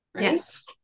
Yes